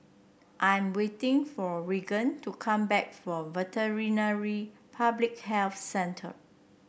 I'm waiting for Regan to come back from Veterinary Public Health Centre